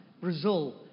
Brazil